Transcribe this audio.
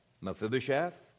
Mephibosheth